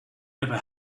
never